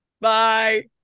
bye